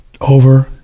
over